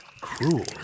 Cruel